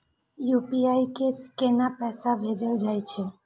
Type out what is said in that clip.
UPI से केना पैसा भेजल जा छे?